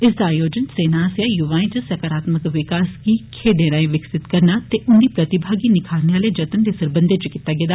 इस दा आयोजन सेना आस्सेआ युवाएं च सकारात्मक विकास गी खेड्ढे राए विकसित करना ते उन्दी प्रतिभागी गी निखरना आहले जत्ने दे सरबंधै च कीता गेआ